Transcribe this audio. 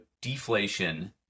deflation